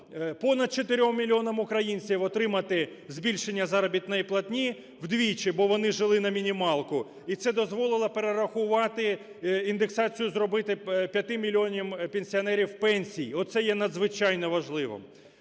понад 4 мільйонам українців отримати збільшення заробітної платні вдвічі, бо вони жили на мінімалку, і це дозволило перерахувати, індексацію зробити п'яти мільйонам пенсіонерам пенсій, оце є надзвичайно важливо.